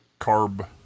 Carb